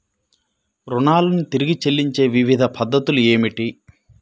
రుణాలను తిరిగి చెల్లించే వివిధ పద్ధతులు ఏమిటి?